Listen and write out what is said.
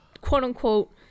quote-unquote